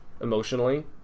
emotionally